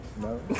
No